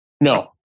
No